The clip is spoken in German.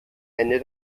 ende